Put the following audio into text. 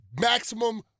maximum